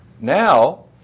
Now